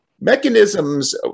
mechanisms